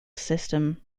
system